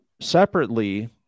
Separately